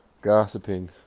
gossiping